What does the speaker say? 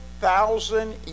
thousand